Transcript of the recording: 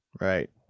right